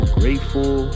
grateful